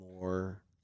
more